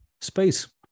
space